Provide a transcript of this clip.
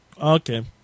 Okay